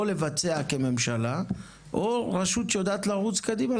או לבצע כממשלה או לתת את הכסף לביצוע לרשות שיודעת לרוץ קדימה.